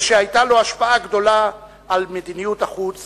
והיתה לו השפעה גדולה על מדיניות החוץ